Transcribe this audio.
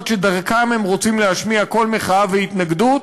שדרכן הם רוצים להשמיע קול מחאה והתנגדות.